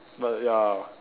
but ya